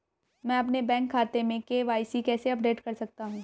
मैं अपने बैंक खाते में के.वाई.सी कैसे अपडेट कर सकता हूँ?